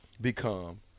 Become